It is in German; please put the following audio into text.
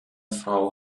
frau